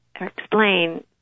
explain